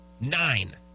nine